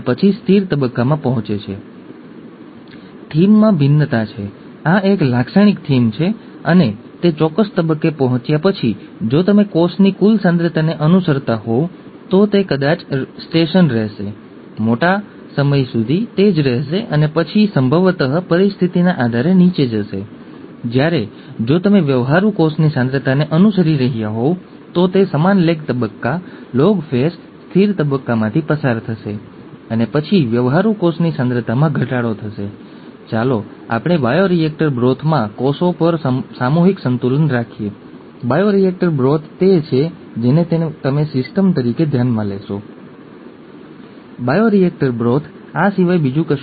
ઘણાને લાગતું હતું કે હંમેશાં લક્ષણોનું મિશ્રણ થતું રહે છે ત્યાં માતા તરફથી કંઈક લક્ષણ હતું પિતા પુત્ર અથવા પુત્રીનું કંઈક લક્ષણ હતું અથવા સંતાનમાં લક્ષણો છે જે આ બે લક્ષણોનું મિશ્રણ છે તે જ ખૂબ લાંબા સમયથી માનવામાં આવતું હતું